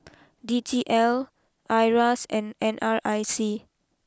D T L Iras and N R I C